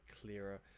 clearer